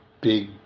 big